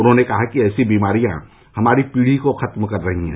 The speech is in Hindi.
उन्होंने कहा कि ऐसी बीमारियां हमारी पीढ़ी को खत्म कर रही हैं